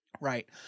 right